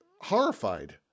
horrified